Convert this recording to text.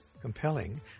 compelling